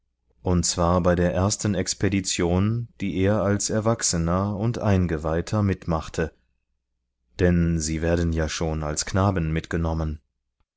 und zwar bei der ersten expedition die er als erwachsener und eingeweihter mitmachte denn sie werden ja schon als knaben mitgenommen